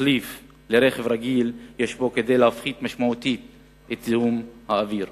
כתחליף לרכב רגיל יש בו כדי להפחית משמעותית את זיהום האוויר.